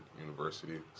university